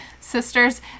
sisters